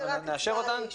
נאשר אותן.